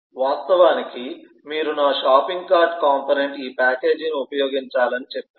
వాస్తవానికి మీరు నా షాపింగ్ కార్ట్ కాంపోనెంట్ ఈ ప్యాకేజీని ఉపయోగించాలని చెప్పారు